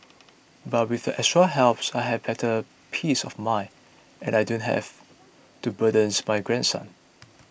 but with the extra help I have better peace of mind and I don't have to burdens my grandsons